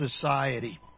society